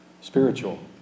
spiritual